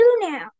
now